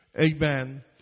amen